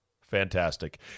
Fantastic